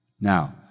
Now